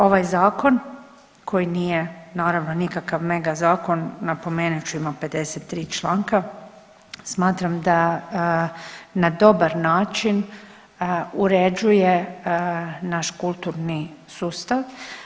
Ovaj zakon koji nije naravno nikakav mega zakon, napomenut ću ima 53 članka smatram da na dobar način uređuje naš kulturni sustav.